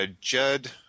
Judd